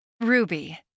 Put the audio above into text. Ruby